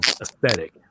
aesthetic